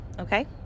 okay